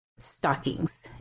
stockings